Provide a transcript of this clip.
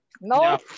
no